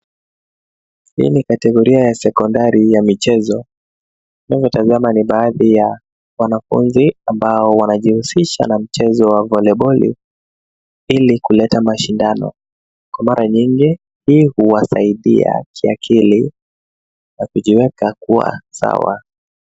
Hii ni kategoria ya sekondari ya michezo. Tunavyotazama ni baadhi ya wanafunzi, ambao wanajihusisha na mchezo wa voliboli, ili kuleta mashindano. Kwa mara nyingi hii huwasaidia kiakili na kujiweka kua sawa.